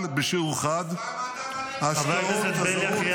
בשיעור חד -- אז למה אתה מעלה מיסים?